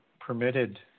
permitted